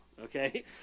okay